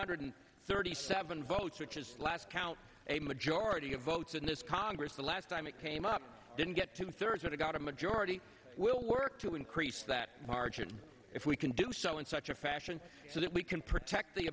hundred thirty seven votes which is last count a majority of votes in this congress the last time it came up didn't get two thirds and it got a majority will work to increase that margin if we can do so in such a fashion so that we can protect the